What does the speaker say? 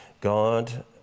God